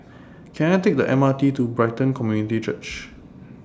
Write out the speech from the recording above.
Can I Take The MRT to Brighton Community Church